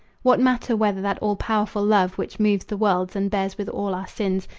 what matter whether that all-powerful love which moves the worlds, and bears with all our sins,